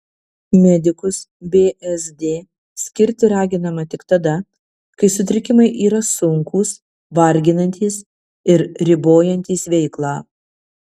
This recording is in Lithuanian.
medikus bzd skirti raginama tik tada kai sutrikimai yra sunkūs varginantys ir ribojantys veiklą